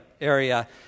area